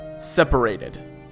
separated